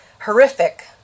horrific